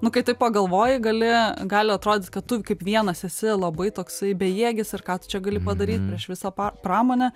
nu kai taip pagalvoji gali gali atrodyt kad tu kaip vienas esi labai toksai bejėgis ir ką tu čia gali padaryt prieš visą pa pramonę